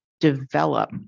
develop